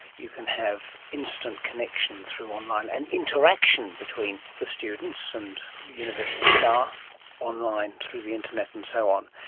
you can have instant connection through online, and interaction between the students and university staff online through the internet and so on.